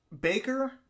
Baker